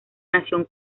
nación